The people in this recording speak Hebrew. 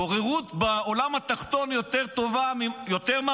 בוררות בעולם התחתון יותר מרשימה,